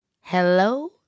Hello